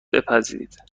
بپذیرید